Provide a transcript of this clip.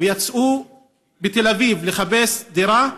ויצאו לתל אביב לחפש דירה,